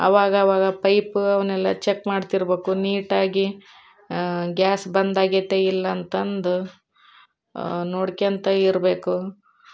ಅವಾಗವಾಗ ಪೈಪ ಅವನ್ನೆಲ್ಲ ಚಕ್ ಮಾಡ್ತಿರಬೇಕು ನೀಟಾಗಿ ಗ್ಯಾಸ್ ಬಂದಾಗೈತಾ ಇಲ್ಲ ಅಂತಂದು ನೋಡ್ಕಂತ ಇರಬೇಕು